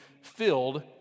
filled